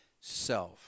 self